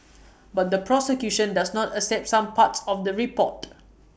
but the prosecution does not accept some parts of the report